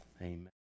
amen